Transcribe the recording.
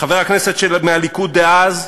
חבר הכנסת מהליכוד דאז,